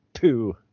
poo